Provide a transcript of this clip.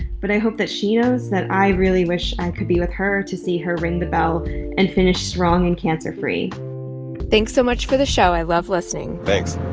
but i hope that she knows that i really wish i could be with her to see her ring the bell and finish strong and cancer-free thanks so much for the show. i love listening thanks.